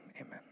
amen